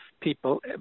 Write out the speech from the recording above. people